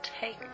take